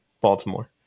Baltimore